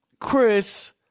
Chris